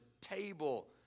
table